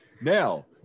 Now